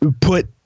put